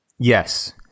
Yes